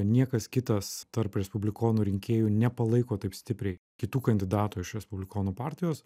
niekas kitas tarp respublikonų rinkėjų nepalaiko taip stipriai kitų kandidatų iš respublikonų partijos